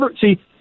see